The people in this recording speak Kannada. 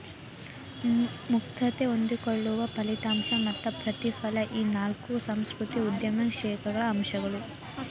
ಮುಕ್ತತೆ ಹೊಂದಿಕೊಳ್ಳುವಿಕೆ ಫಲಿತಾಂಶ ಮತ್ತ ಪ್ರತಿಫಲ ಈ ನಾಕು ಸಾಂಸ್ಕೃತಿಕ ಉದ್ಯಮಶೇಲತೆ ಅಂಶಗಳು